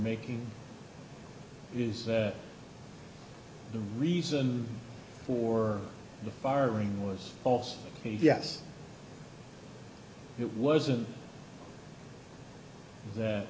making is that the reason for the borrowing was also yes it wasn't that